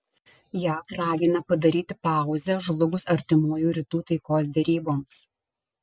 jav ragina padaryti pauzę žlugus artimųjų rytų taikos deryboms